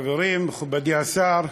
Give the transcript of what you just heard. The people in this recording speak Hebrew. חברים, מכובדי השר,